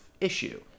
issue